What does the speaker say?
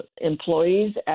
employees